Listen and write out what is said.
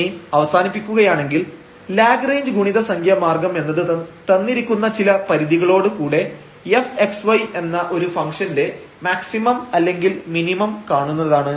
ഇനി അവസാനിപ്പിക്കുകയാണെങ്കിൽ ലാഗ്റേഞ്ച് ഗുണിത സംഖ്യ മാർഗ്ഗം എന്നത് തന്നിരിക്കുന്ന ചില പരിധികളോട് കൂടെ fx y എന്ന ഒരു ഫംഗ്ഷന്റെ മാക്സിമം അല്ലെങ്കിൽ മിനിമം കാണുന്നതാണ്